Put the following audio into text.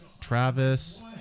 Travis